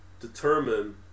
determine